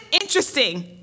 interesting